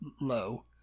low